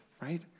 right